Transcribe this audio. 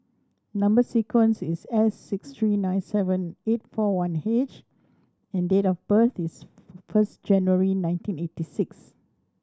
number sequence is S six three nine seven eight four one H and date of birth is first January nineteen eighty six